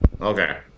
Okay